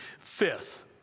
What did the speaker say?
fifth